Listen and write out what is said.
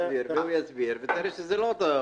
הוא יסביר, ותראה שזה לא אותו דבר.